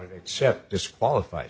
it except disqualify